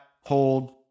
hold